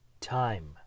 time